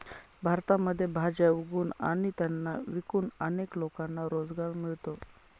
भारतामध्ये भाज्या उगवून आणि त्यांना विकून अनेक लोकांना रोजगार मिळतो